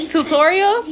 Tutorial